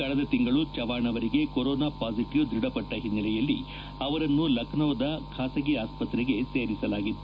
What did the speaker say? ಕಳೆದ ತಿಂಗಳು ಚವ್ಣಾಣ್ ಅವರಿಗೆ ಕೊರೊನಾ ಪಾಸಿಟಿವ್ ದ್ವಧಪಟ್ಟ ಹಿನ್ನೆಲೆಯಲ್ಲಿ ಅವರನ್ನು ಲಖನೌದ ಖಾಸಗಿ ಆಸ್ವತ್ರೆಗೆ ಸೇರಿಸಲಾಗಿತ್ತು